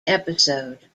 episode